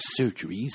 surgeries